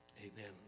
Amen